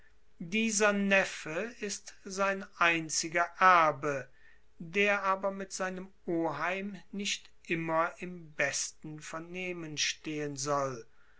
dieser neffe ist sein einziger erbe der aber mit seinem oheim nicht immer im besten vernehmen stehen soll